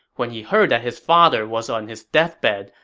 when he heard that his father was on his deathbed,